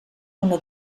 una